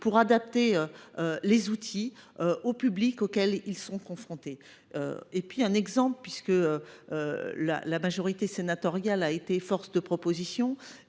pour adapter les outils aux publics auxquels ils sont confrontés. Je rappellerai enfin que la majorité sénatoriale a été force de proposition